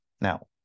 now